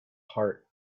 heart